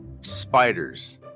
Spiders